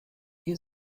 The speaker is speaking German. ihr